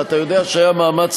ואתה יודע שהיה מאמץ,